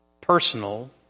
Personal